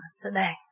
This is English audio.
today